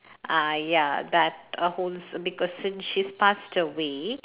ah ya that uh holds because since she passed away